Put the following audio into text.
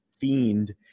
fiend